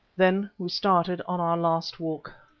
then we started on our last walk.